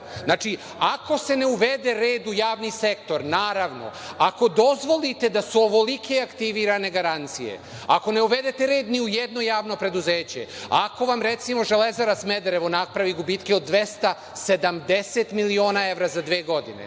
Znači, ako se ne uvede red u javni sektor, naravno, ako dozvolite da su ovolike aktivirane garancije, ako ne uvedete red ni u jedno javno preduzeće, ako vam recimo Železara Smederevo napravi gubitke od 270 miliona evra za dve godine,